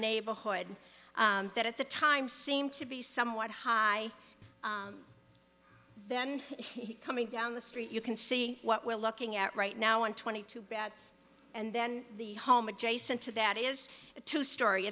neighborhood that at the time seemed to be somewhat high then he coming down the street you can see what we're looking at right now and twenty two bath and then the home adjacent to that is a two story